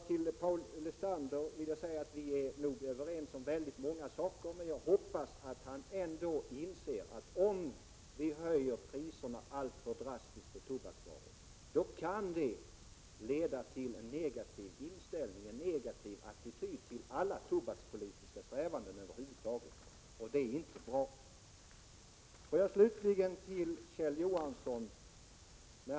Till Paul Lestander vill jag säga att vi nog är överens om väldigt många saker, men jag hoppas att han ändå inser att om vi höjer priserna på tobaksvaror alltför drastiskt, då kan det leda till en negativ attityd till alla tobakspolitiska strävanden över huvud taget, och det vore inte bra. Får jag avsluta med några ord till Kjell Johansson.